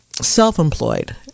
self-employed